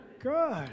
Good